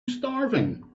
starving